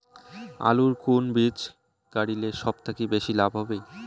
আলুর কুন বীজ গারিলে সব থাকি বেশি লাভ হবে?